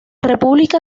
república